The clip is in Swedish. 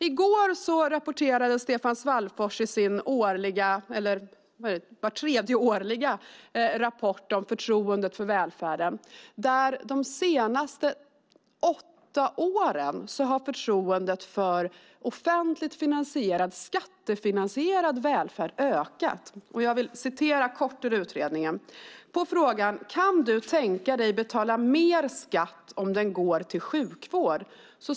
I går kom Stefan Svallfors med den rapport om förtroendet för välfärden han gör vart tredje år. Den visade att förtroendet för offentligt finansierad - skattefinansierad - välfärd har ökat under de senaste åtta åren. På frågan: Kan du tänka dig att betala mer skatt om den går till sjukvård?